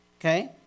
Okay